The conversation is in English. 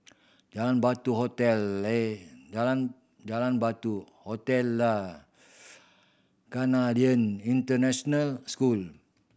Jalan Batu Hotel Jalan Jalan Batu Hotel Lah Canadian International School